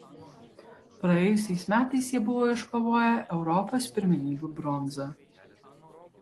praėjusiais metais jie buvo iškovoję europos pirmenybių bronzą